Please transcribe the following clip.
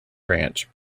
branch